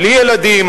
בלי ילדים,